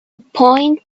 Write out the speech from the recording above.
point